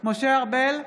משה ארבל,